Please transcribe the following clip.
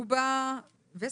טובה ווסר.